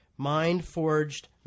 mind-forged